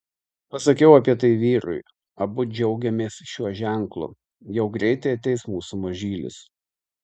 pasakau apie tai vyrui abu džiaugiamės šiuo ženklu jau greitai ateis mūsų mažylis